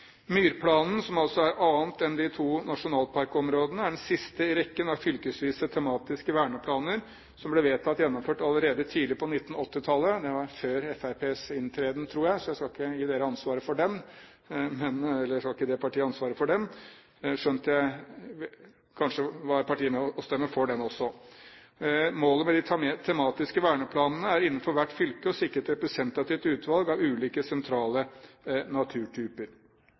Myrplanen, som altså er noe annet enn de to nasjonalparkområdene, er den siste i rekken av fylkesvise tematiske verneplaner som ble vedtatt gjennomført allerede tidlig på 1980-tallet. Det var før Fremskrittspartiets inntreden, tror jeg, så jeg skal ikke gi partiet ansvaret for den, skjønt kanskje var partiet med på å stemme for den også. Målet med de tematiske verneplanene er innenfor hvert fylke å sikre et representativt utvalg av ulike sentrale naturtyper.